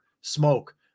smoke